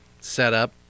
setup